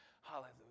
hallelujah